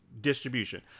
distribution